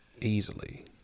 easily